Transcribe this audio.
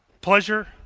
Pleasure